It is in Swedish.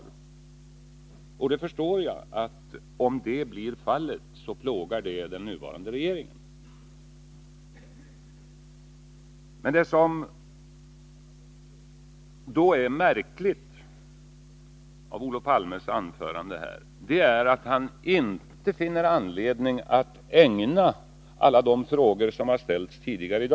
Om så blir fallet förstår jag att det kommer att plåga den nuvarande regeringen. Vad som är märkligt i Olof Palmes anförande här är att han inte finner anledning att ägna alla de frågor som ställts tidigare i dag någon uppmärksamhet.